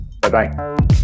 Bye-bye